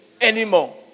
anymore